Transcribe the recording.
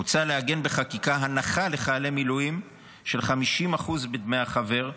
מוצע לעגן בחקיקה הנחה לחיילי מילואים של 50% בדמי החבר,